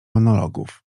monologów